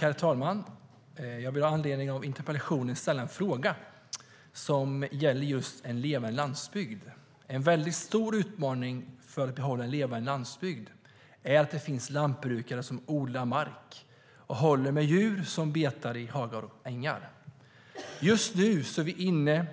Herr talman! Jag vill med anledning av interpellationen ställa en fråga som gäller just en levande landsbygd. En stor utmaning för att behålla en levande landsbygd handlar om att det finns lantbrukare som odlar mark och håller djur som betar i hagar och på ängar. Just nu är vi inne